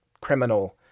criminal